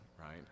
Right